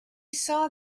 saw